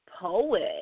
Poet